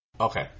Okay